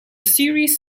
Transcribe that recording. series